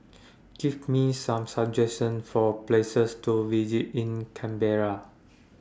Give Me Some suggestions For Places to visit in Canberra